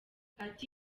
ati